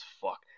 fuck